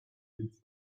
دوس